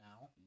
now